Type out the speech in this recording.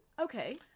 okay